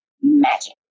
Magic